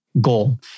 goal